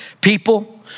people